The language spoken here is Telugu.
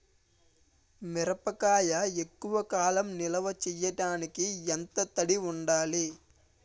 మిరపకాయ ఎక్కువ కాలం నిల్వ చేయటానికి ఎంత తడి ఉండాలి?